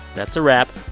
that's a wrap.